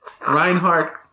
Reinhardt